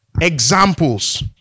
examples